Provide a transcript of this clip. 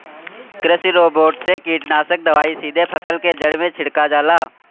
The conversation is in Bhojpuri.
कृषि रोबोट से कीटनाशक दवाई सीधे फसल के जड़ में छिड़का जाला